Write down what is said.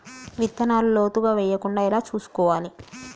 విత్తనాలు లోతుగా వెయ్యకుండా ఎలా చూసుకోవాలి?